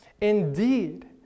Indeed